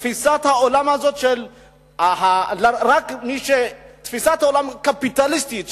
אלא תפיסת העולם היא קפיטליסטית,